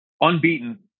unbeaten